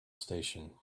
station